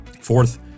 Fourth